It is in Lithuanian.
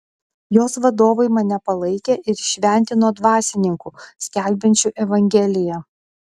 jos vadovai mane palaikė ir įšventino dvasininku skelbiančiu evangeliją